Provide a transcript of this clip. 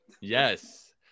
Yes